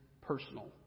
personal